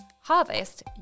harvest